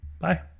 Bye